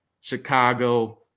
Chicago